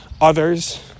others